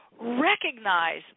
recognize